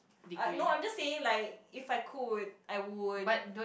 uh no I'm just saying if I could I would